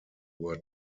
were